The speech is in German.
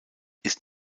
ist